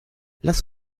lass